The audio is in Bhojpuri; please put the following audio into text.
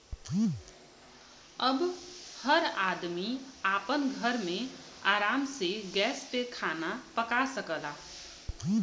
अब हर आदमी आपन घरे मे आराम से गैस पे खाना पका सकला